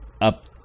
up